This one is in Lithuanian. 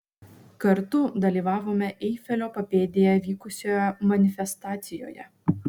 kartu dalyvavome eifelio papėdėje vykusioje manifestacijoje